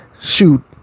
Shoot